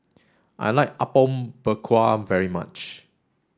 I like Apom Berkuah very much